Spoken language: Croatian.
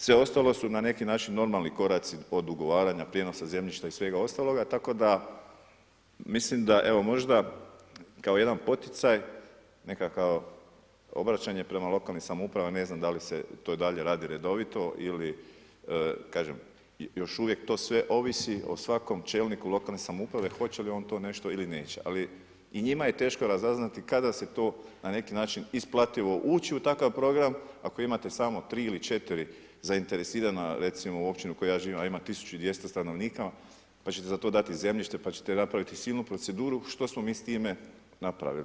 Sve ostalo su na neki način normalni koraci od ugovaranja, prijenosa zemljišta i svega ostaloga tako da mislim da evo možda kao jedan poticaj, nekakvo obraćanje prema lokalnim samoupravama, ne znam da li se to i dalje radi redovito ili kažem još uvijek to sve ovisi o svakom čelniku lokalne samouprave, hoće li on to nešto ili neće, ali i njima je teško razaznati kada je to na neki način isplativo ući u takav program ako imate samo 3 ili 4 zainteresirana recimo u općini u kojoj živim a 1200 stanovnika pa ćete za to dati zemljište, pa ćete napraviti silnu proceduru što smo mi s time napravili.